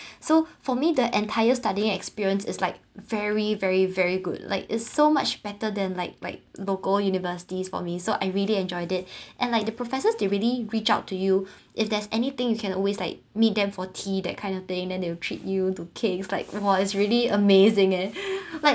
so for me the entire studying experience is like very very very good like it's so much better than like like local universities for me so I really enjoyed it and like the professors they really reach out to you if there's anything you can always like meet them for tea that kind of thing then they will treat you to cakes like !wah! it's really amazing eh like